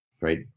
Right